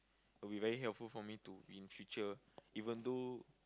will be very helpful for me to be in future even though